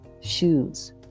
shoes